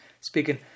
speaking